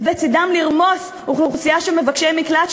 ולצדם לרמוס אוכלוסייה של מבקשי מקלט,